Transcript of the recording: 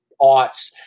aughts